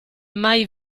mai